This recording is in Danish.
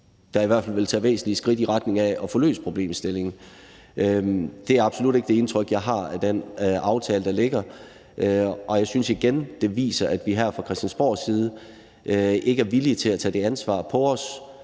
der i hvert fald vil være taget væsentlige skridt i retning af at få løst problemstillingen. Det er absolut ikke det indtryk, jeg har af den aftale, der ligger. Og jeg synes, at det igen viser, at vi her fra Christiansborgs side ikke er villige til at tage det ansvar på os